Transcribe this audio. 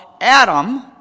Adam